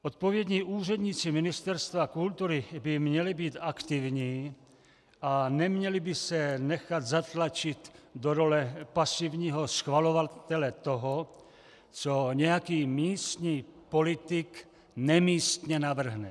Odpovědní úředníci Ministerstva kultury by měli být aktivní a neměli by se nechat zatlačit do role pasivního schvalovatele toho, co nějaký místní politik nemístně navrhne.